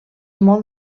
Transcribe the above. molt